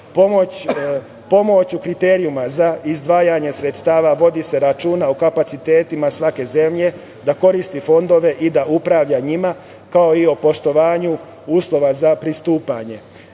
kriterijuma za izdvajanje sredstava se vodi računa o kapacitetima svake zemlje da koristi fondove i da upravlja njima, kao i o poštovanju uslova za pristupanje.